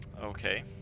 okay